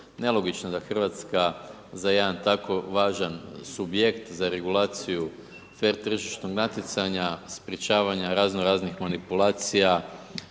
nelogično da Hrvatska za jedan tako važan subjekt za regulaciju fer tržišnog natjecanja sprječavanja razno raznih manipulacija,